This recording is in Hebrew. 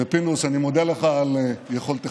ופינדרוס, אני מודה לך על יכולתך,